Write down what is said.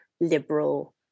liberal